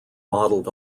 modeled